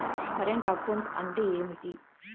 Current account అంటే ఏమిటి?